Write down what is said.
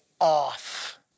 off